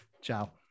Ciao